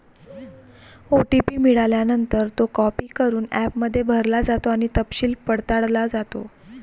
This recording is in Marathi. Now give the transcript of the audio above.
ओ.टी.पी मिळाल्यानंतर, तो कॉपी करून ॲपमध्ये भरला जातो आणि तपशील पडताळला जातो